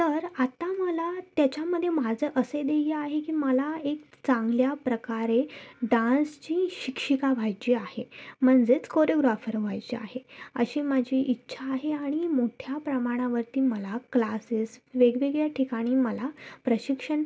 तर आता मला त्याच्यामध्ये माझं असे ध्येय आहे की मला एक चांगल्या प्रकारे डान्सची शिक्षिका व्हायची आहे म्हणजेच कोरिओग्राफर व्हायचे आहे अशी माझी इच्छा आहे आणि मोठ्या प्रमाणावरती मला क्लासेस वेगवगेळ्या ठिकाणी मला प्रशिक्षण